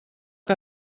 que